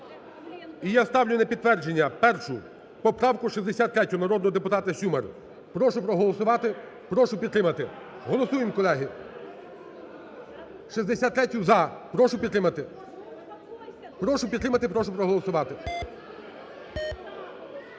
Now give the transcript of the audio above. І я ставлю на підтвердження першу поправку 63 народного депутата Сюмар. Прошу проголосувати. Прошу підтримати. Голосуємо, колеги, 63-ю "за". Прошу підтримати. Прошу підтримати, прошу проголосувати.